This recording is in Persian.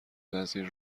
وزیر